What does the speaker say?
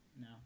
no